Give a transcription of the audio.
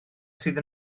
sydd